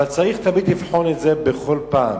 אבל צריך לבחון את זה בכל פעם.